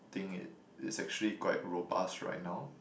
thing it it's actually quite robust right now